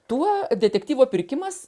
tuo detektyvo pirkimas